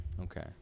Okay